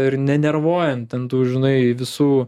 ir nenervuojant ten tų žinai visų